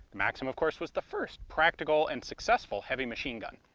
maxim of course was the first practical and successful heavy machine gun.